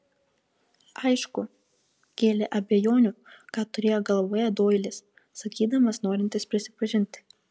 aišku kėlė abejonių ką turėjo galvoje doilis sakydamas norintis prisipažinti